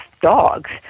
dogs